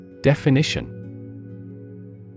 Definition